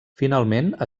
finalment